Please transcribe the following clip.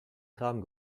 kram